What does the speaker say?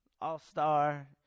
all-star